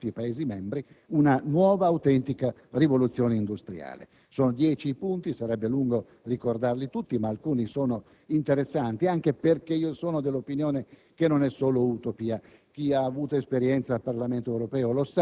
dal Parlamento europeo, che produrrebbe, se attuato in tutti i Paesi membri, una nuova autentica rivoluzione industriale. I punti sono dieci, sarebbe lungo ricordarli tutti, ma alcuni sono interessanti, anche perché sono dell'opinione